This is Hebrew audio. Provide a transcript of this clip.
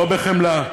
לא בחמלה,